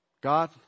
God